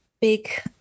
big